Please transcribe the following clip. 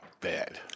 bad